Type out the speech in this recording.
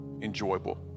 enjoyable